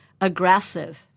aggressive –